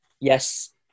yes